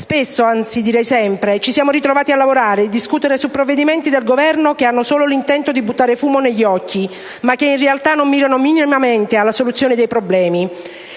Spesso, anzi direi sempre, ci siamo ritrovati a lavorare e a discutere su provvedimenti del Governo che hanno solo l'intento di buttare fumo negli occhi, ma che in realtà non mirano minimamente alla soluzione dei problemi.